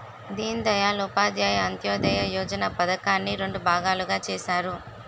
దీన్ దయాల్ ఉపాధ్యాయ అంత్యోదయ యోజన పధకాన్ని రెండు భాగాలుగా చేసారు